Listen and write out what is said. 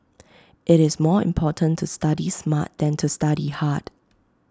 IT is more important to study smart than to study hard